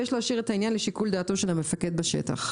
ויש להשאיר את העניין לשיקול דעתו של המפקד בשטח.